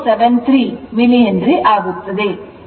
073 milli Henry ಆಗುತ್ತದೆ